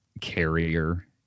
carrier